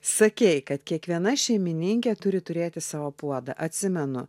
sakei kad kiekviena šeimininkė turi turėti savo puodą atsimenu